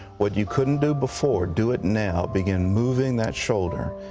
what you couldn't do before, do it now. begin moving that shoulder.